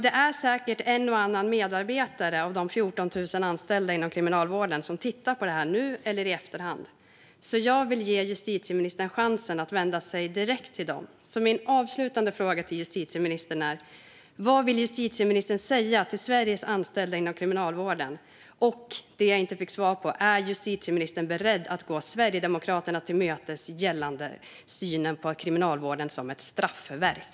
Det är säkert en och annan medarbetare av de 14 000 anställda inom Kriminalvården som tittar på detta nu eller i efterhand. Jag vill därför ge justitieministern chansen att vända sig till direkt till dem. Min avslutande fråga till justitieministern är: Vad vill justitieministern säga till Sveriges anställda inom Kriminalvården? Jag fick inte heller svar på om justitieministern är beredd att gå Sverigedemokraterna till mötes gällande synen på Kriminalvården som ett straffverk.